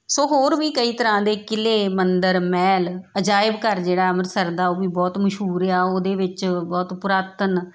ਸੋ ਹੋਰ ਵੀ ਕਈ ਤਰ੍ਹਾਂ ਦੇ ਕਿਲ੍ਹੇ ਮੰਦਿਰ ਮਹਿਲ ਅਜਾਇਬ ਘਰ ਜਿਹੜਾ ਅੰਮ੍ਰਿਤਸਰ ਦਾ ਉਹ ਵੀ ਬਹੁਤ ਮਸ਼ਹੂਰ ਆ ਉਹਦੇ ਵਿੱਚ ਬਹੁਤ ਪੁਰਾਤਨ